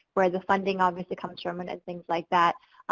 where the funding obviously comes from and and things like that.